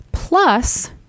Plus